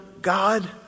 God